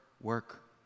work